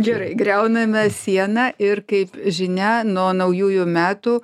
gerai griauname sieną ir kaip žinia nuo naujųjų metų